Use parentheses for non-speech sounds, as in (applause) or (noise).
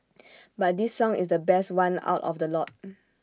(noise) but this song is the best one out of the lot (noise)